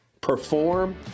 Perform